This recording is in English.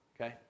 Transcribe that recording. Okay